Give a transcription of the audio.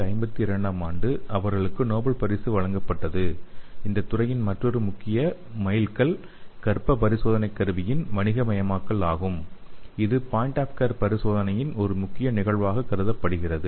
1952 ஆம் ஆண்டில் அவர்களுக்கு நோபல் பரிசு வழங்கப்பட்டது இந்த துறையில் மற்றொரு முக்கிய மைல்கல் கர்ப்ப பரிசோதனை கருவியின் வணிகமயமாக்கல் ஆகும் இது பாயிண்ட் ஆப் கேர் பரிசோதனையில் ஒரு முக்கிய நிகழ்வாக கருதப்படுகிறது